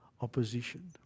opposition